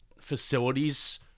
facilities